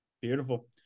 Beautiful